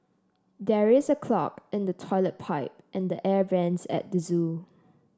there is a clog in the toilet pipe and the air vents at the zoo